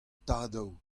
tadoù